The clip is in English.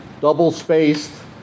double-spaced